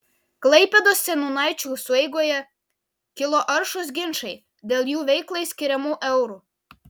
klaipėdos seniūnaičių sueigoje kilo aršūs ginčai dėl jų veiklai skiriamų eurų